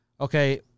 Okay